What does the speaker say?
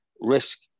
risk